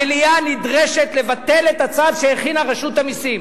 המליאה נדרשת לבטל את הצו שהכינה רשות המסים,